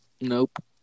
Nope